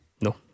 No